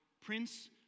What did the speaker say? Prince